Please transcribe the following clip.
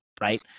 Right